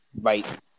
right